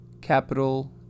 Capital